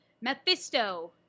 Mephisto